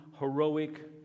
heroic